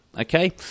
okay